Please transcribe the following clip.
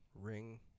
ring